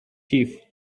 chief